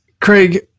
Craig